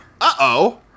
Uh-oh